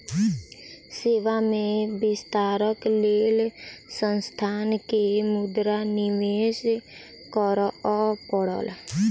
सेवा में विस्तारक लेल संस्थान के मुद्रा निवेश करअ पड़ल